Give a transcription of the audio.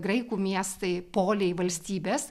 graikų miestai poliai valstybės